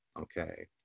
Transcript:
okay